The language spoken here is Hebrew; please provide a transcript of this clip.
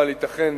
אבל ייתכן